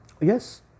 Yes